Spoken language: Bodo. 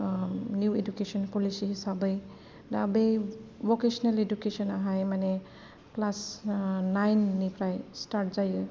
निउ इडुकेसन पलिसि हिसाबै दा बे भकेसिनेल इडुकेसनआहाय माने क्लास नाइननिफ्राय स्टार्ट जायो